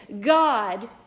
God